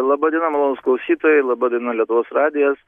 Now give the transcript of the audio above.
laba diena malonūs klausytojai laba diena lietuvos radijas